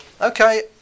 okay